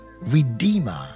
redeemer